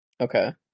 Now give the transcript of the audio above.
Okay